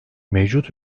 mevcut